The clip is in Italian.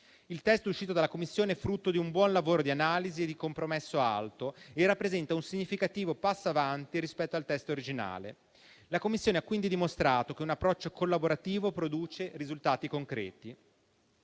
Il testo uscito dalla Commissione è frutto di un buon lavoro di analisi e di compromesso alto, e rappresenta un significativo passo in avanti rispetto al testo originale. La Commissione ha quindi dimostrato che un approccio collaborativo produce risultati concreti.